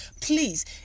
Please